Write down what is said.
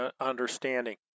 understanding